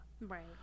Right